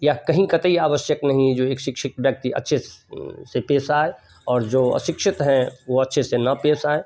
यह कहीं कतई आवश्यक नहीं है जो एक शिक्षक व्यक्ति अच्छे से से पेश आए और जो अशिक्षत हैं वह अच्छे से न पेश आएँ